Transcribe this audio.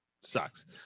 sucks